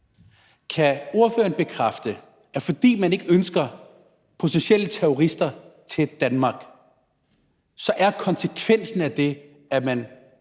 Kan ordføreren bekræfte, at fordi man ikke ønsker potentielle terrorister til Danmark, så er konsekvensen af det, at man